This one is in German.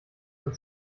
und